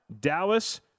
Dallas